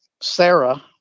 sarah